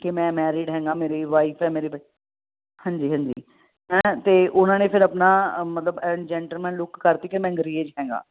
ਕਿ ਮੈਂ ਮੈਰਿਡ ਹੈਗਾ ਮੇਰੀ ਵਾਈਫ ਹੈ ਮੇਰੇ ਬੱਚ ਹਾਂਜੀ ਹਾਂਜੀ ਹੈਂ ਅਤੇ ਉਹਨਾਂ ਨੇ ਫਿਰ ਆਪਣਾ ਮਤਲਬ ਐਨ ਜੈਂਟਲਮੈਨ ਲੁੱਕ ਕਰ 'ਤੀ ਕਿ ਮੈਂ ਅੰਗਰੇਜ਼ ਹੈਗਾ